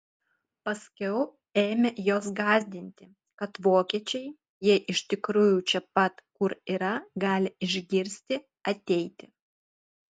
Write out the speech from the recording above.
paskiau ėmė juos gąsdinti kad vokiečiai jei iš tikrųjų čia pat kur yra gali išgirsti ateiti